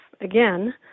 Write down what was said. again